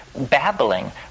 babbling